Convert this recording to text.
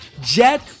Jet